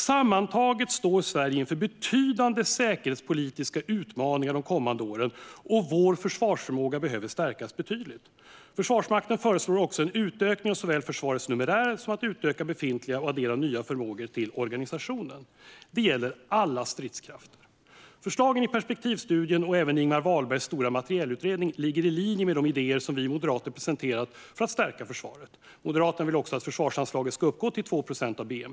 Sammantaget står Sverige inför betydande säkerhetspolitiska utmaningar de kommande åren, och vår försvarsförmåga behöver stärkas betydligt. Försvarsmakten föreslår också en utökning av försvarets numerär och att utöka befintliga och addera nya förmågor till organisationen. Det gäller alla stridskrafter. Förslagen i perspektivstudien, och även i Ingemar Wahlbergs stora materielutredning, ligger i linje med de idéer som vi moderater har presenterat för att stärka försvaret. Moderaterna vill också att försvarsanslaget ska uppgå till 2 procent av bnp.